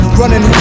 running